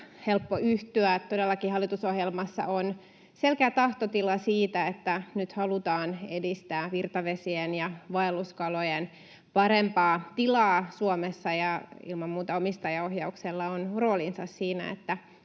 todellakin hallitusohjelmassa on selkeä tahtotila siitä, että nyt halutaan edistää virtavesien ja vaelluskalojen parempaa tilaa Suomessa. Ilman muuta omistajaohjauksella on roolinsa siinä, että